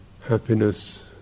happiness